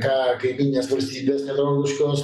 ką kaimyninės valstybės nedraugiškos